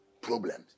problems